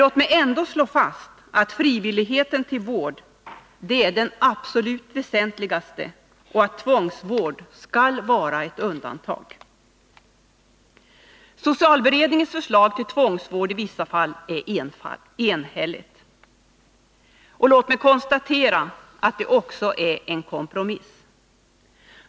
Låt mig ändå slå fast att frivillig vård är det absolut väsentligaste och att tvångsvård skall vara ett undantag. Socialberedningens förslag till tvångsvård i vissa fall är enhälligt. Det är också en kompromiss.